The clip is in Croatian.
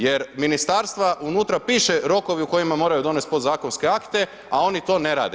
Jer ministarstva, unutra piše rokovi u kojima moraju donest podzakonske akte, a oni to ne rade.